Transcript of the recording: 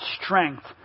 strength